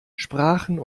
sprachen